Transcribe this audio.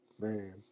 man